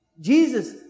Jesus